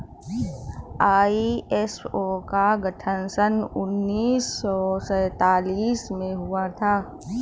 ISO का गठन सन उन्नीस सौ सैंतालीस में हुआ था